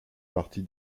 partie